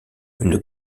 une